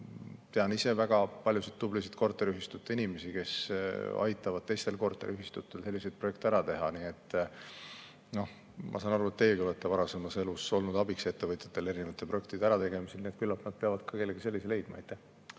Tean ise väga paljusid tublisid korteriühistute inimesi, kes aitavad teistel korteriühistutel selliseid projekte ära teha. Ma saan aru, et teiegi olete varasemas elus olnud abiks ettevõtjatele erinevate projektide ärategemisel. Nii et küllap nemad peavad ka kellegi sellise leidma.